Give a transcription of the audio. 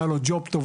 היה לו ג'וב טוב,